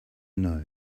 know